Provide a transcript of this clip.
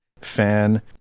fan